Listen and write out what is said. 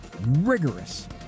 rigorous